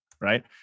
right